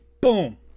Boom